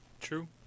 True